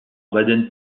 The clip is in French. baden